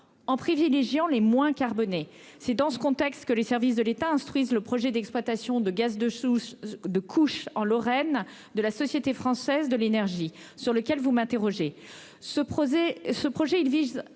en privilégiant les moins carbonée. C'est dans ce contexte que les services de l'État instruisent le projet d'exploitation de gaz dessous de couches en Lorraine, de la société française de l'énergie sur lequel vous m'interrogez ce projet, ce